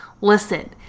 listen